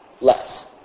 Less